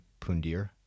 Pundir